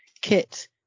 kit